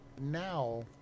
now